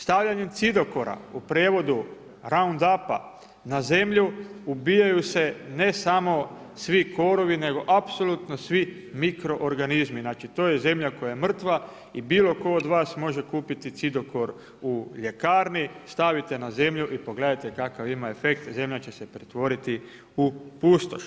Stavljanje cidokora, u prijevodu roundup na zemlju ubijaju se ne samo svi korovi, nego apsolutno svi mikroorganizmi, znači to je zemlja koja je mrtva i bilo tko od vas može kupiti cidokor u ljekarni, stavite na zemlju i pogledajte kakav ima efekt, zemlja će se pretvoriti u pustoš.